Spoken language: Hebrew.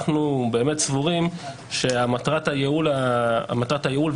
אנחנו באמת סבורים שמטרת הייעול והזמן